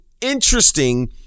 interesting